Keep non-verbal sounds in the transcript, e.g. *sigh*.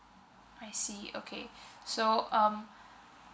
I see okay *breath* so um